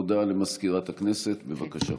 הודעה למזכירת הכנסת, בבקשה.